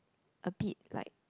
a bit like